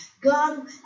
God